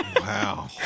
wow